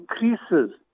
increases